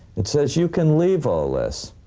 it says you can leave all this.